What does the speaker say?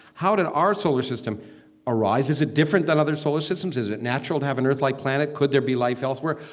how did our solar system arise? is it different than other solar systems? is it natural to have an earth-like planet? could there be life elsewhere?